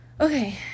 okay